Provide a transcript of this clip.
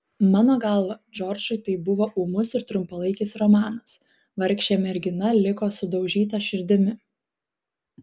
mano galva džordžui tai buvo ūmus ir trumpalaikis romanas vargšė mergina liko sudaužyta širdimi